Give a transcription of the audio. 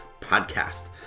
podcast